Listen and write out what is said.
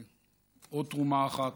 עוד תרומה אחת,